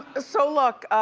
so, look,